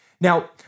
Now